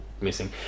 missing